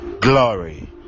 glory